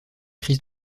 crise